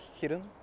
hidden